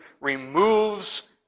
removes